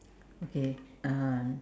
okay um